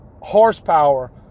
horsepower